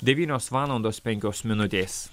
devynios valandos penkios minutės